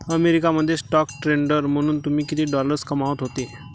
America मध्ये stock trader म्हणून तुम्ही किती डॉलर्स कमावत होते